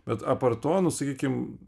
bet apart to nu sakykim